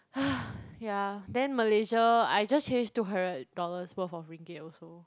ya then Malaysia I just change two hundred dollars worth of Ringgit also